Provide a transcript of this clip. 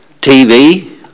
TV